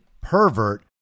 pervert